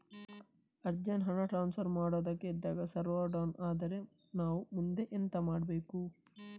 Urgent ಹಣ transfer ಮಾಡೋದಕ್ಕೆ ಇದ್ದಾಗ ಸರ್ವರ್ ಡೌನ್ ಆದರೆ ನಾವು ಮುಂದೆ ಎಂತ ಮಾಡಬೇಕು?